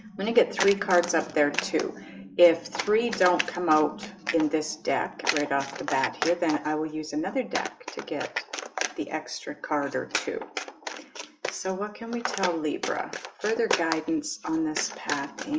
i'm gonna get three cards up there, too if three don't come out in this deck right off the bat here then i will use another deck to get the extra card or two so what can we tell libra further guidance on this? angels